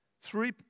Three